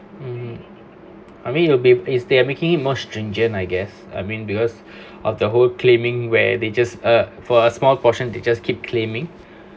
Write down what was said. mmhmm I mean it'll be is their making it more stringent I guess I mean because of the whole claiming where they just uh for a small portion they just keep claiming